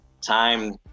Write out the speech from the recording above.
time